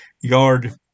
yard